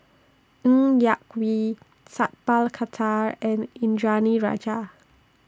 Ng Yak Whee Sat Pal Khattar and Indranee Rajah